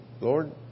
Lord